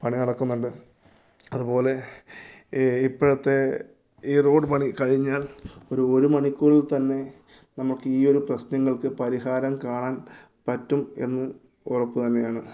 പണി നടക്കുന്നുണ്ട് അതുപോലെ ഇപ്പോഴത്തെ ഈ റോഡ് പണി കഴിഞ്ഞാൽ ഒരു മണിക്കൂറിൽ തന്നെ നമുക്ക് ഈ ഒരു പ്രശ്നങ്ങൾക്ക് പരിഹാരം കാണാൻ പറ്റും എന്ന് ഉറപ്പ് തന്നെയാണ്